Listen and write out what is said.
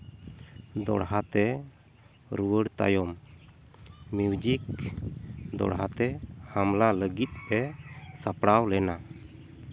ᱫᱚᱦᱲᱟ ᱛᱮ ᱨᱩᱣᱟᱹᱲ ᱛᱟᱭᱚᱢ ᱢᱤᱣᱡᱤᱠ ᱫᱚᱦᱲᱟ ᱛᱮ ᱦᱟᱢᱞᱟ ᱞᱟᱹᱜᱤᱫ ᱮ ᱥᱟᱯᱲᱟᱣ ᱞᱮᱱᱟ